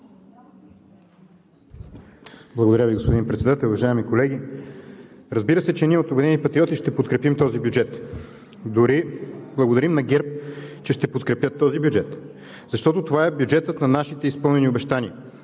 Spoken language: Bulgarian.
Благодаря Ви, господин Председател. Уважаеми колеги, разбира се, че ние от „Обединени патриоти“ ще подкрепим този бюджет. Дори благодарим на ГЕРБ, че ще подкрепят този бюджет, защото това е бюджетът на нашите изпълнени обещания.